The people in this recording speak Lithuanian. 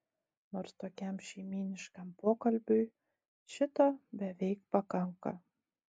nors tokiam šeimyniškam pokalbiui šito beveik pakanka